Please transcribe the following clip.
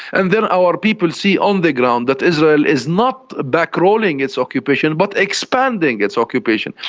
and then our people see on the ground that israel is not back-rolling its occupation but expanding its occupation,